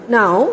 now